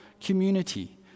community